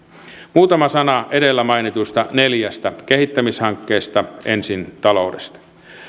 muutama sana edellä mainituista neljästä kehittämishankkeesta ensin taloudesta